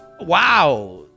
wow